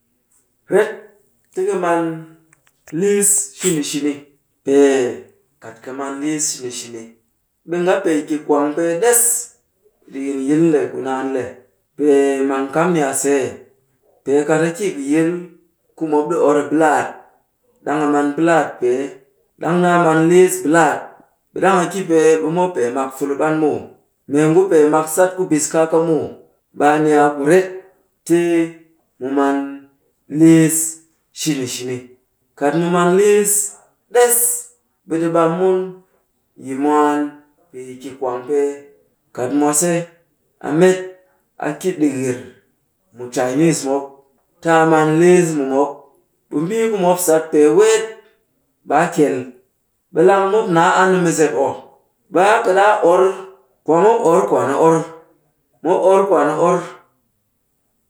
Ret ti ka man liis shini shini. Pee ka man liis shini shini, ɓe nga pee ki kwangpee ɗess ɗikin yil nde ku naan le. Pee mang kam ni a see, pee kat a ki kɨ yil ku mop ɗi or a bɨlaat, ɗang a man bɨlaat pee, ɗang naa man liis bɨlaat, ɓe ɗang a ki pee, ɓe mop pee mak fulup an muw. Mengu pee mak sat kubis kaaka muw. Ɓe a ni a kuret ti mu man liis shini shini. Kat mu man liis ɗess, ɓe ɗi ɓam mun yi mwaan pee ki kwangpee. Kat mwase, a met a ki ɗikir mu cainiis mop, ti a man liis mu mop, ɓe mbii ku mop sat pee weet, ɓe a kyel. Ɓilang mop naa an mɨzep oh, ɓe a kɨ ɗaa or. Kwaamop or, kwaan a or mop or kwaan a or.